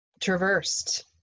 traversed